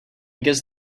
guess